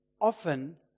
often